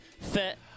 fit